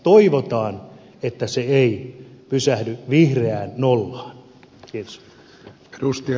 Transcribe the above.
toivotaan että se ei pysähdy vihreään nollaan